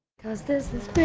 cause this is